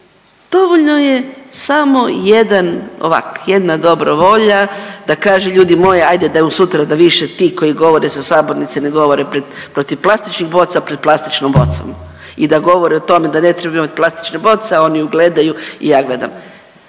dovoljno je samo jedan, ovak jedna dobra volja da kaže ljudi moji ajde da sutra da više ti koji govore sa sabornice ne govore pred, protiv plastičnih boca pred plastičnom bocom i da govore o tome da ne trebamo imat plastične boce, a oni ju gledaju i ja gledam.